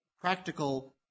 practical